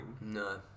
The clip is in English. No